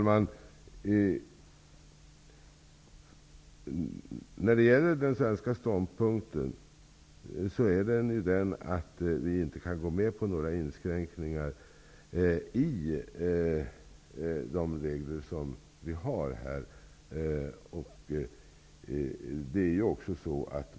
Herr talman! Den svenska ståndpunkten är att vi inte kan gå med på några inskränkningar i de regler som vi har.